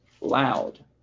Loud